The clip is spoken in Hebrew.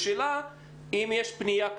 ואני אגיד מה אני, מנהלת האגף לחינוך